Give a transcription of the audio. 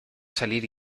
salir